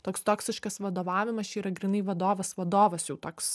toks toksiškas vadovavimas čia yra grynai vadovas vadovas jau toks